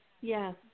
yes